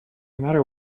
matter